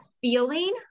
feeling